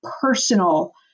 personal